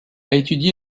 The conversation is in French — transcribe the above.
étudié